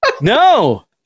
no